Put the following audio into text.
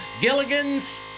Gilligan's